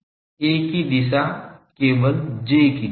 A की दिशा केवल J की दिशा है